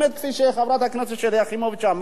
כפי שחברת הכנסת שלי יחימוביץ אמרה,